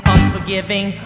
Unforgiving